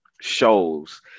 shows